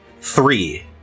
three